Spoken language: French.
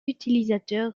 utilisateur